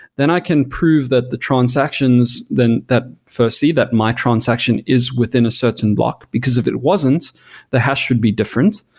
then i can prove that the transactions that foresee that my transaction is within a certain block, because if it wasn't the hash would be different.